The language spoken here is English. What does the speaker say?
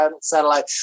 satellite